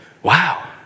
Wow